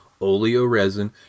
oleoresin